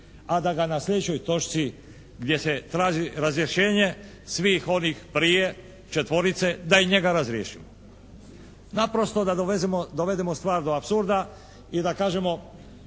a da ga na sljedećoj točci gdje se traži razrješenje svih onih prije četvorice da i njega razriješimo. Naprosto da dovedemo stvar do apsurda i da kažemo: